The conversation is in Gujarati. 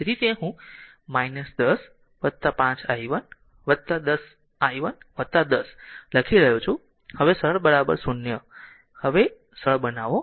તેથી તે હું 10 5 i 1 10 i 1 10 લખી રહ્યો છું હવે સરળ 0 હવે સરળ બનાવો